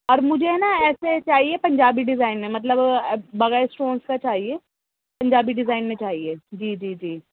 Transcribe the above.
اور مجھے ہے نہ ایسے چاہیے پنجابی ڈیزائن میں مطلب بغیر اسٹون کا چاہیے پنجابی ڈیزائن میں چاہیے جی جی جی